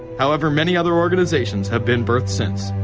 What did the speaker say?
however, many other organizations have been birthed since.